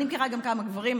אני מכירה גם כמה גברים,